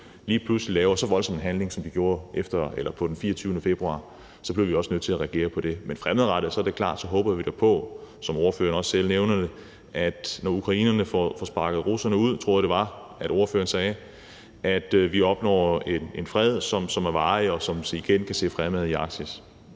lige pludselig laver så voldsom en handling, som de gjorde den 24. februar, bliver vi også nødt til at reagere på det. Men fremadrettet er det klart, at vi da håber på, som ordføreren også selv nævner det, at når ukrainerne får sparket russerne ud – sådan tror jeg det var, ordføreren sagde det – opnår vi en fred, som er varig, så vi igen kan se fremad i Arktis.